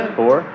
four